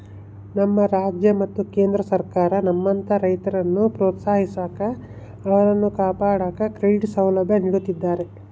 ನಮ್ಮ ರಾಜ್ಯ ಮತ್ತು ಕೇಂದ್ರ ಸರ್ಕಾರ ನಮ್ಮಂತಹ ರೈತರನ್ನು ಪ್ರೋತ್ಸಾಹಿಸಾಕ ಅವರನ್ನು ಕಾಪಾಡಾಕ ಕ್ರೆಡಿಟ್ ಸೌಲಭ್ಯ ನೀಡುತ್ತಿದ್ದಾರೆ